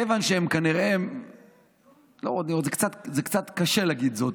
מכיוון שהם, כנראה, קצת קשה להגיד זאת,